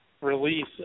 release